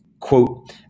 Quote